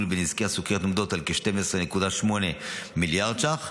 בנזקי הסוכרת עומדות על כ-12.8 מיליארד ש"ח.